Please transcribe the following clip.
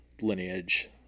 lineage